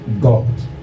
God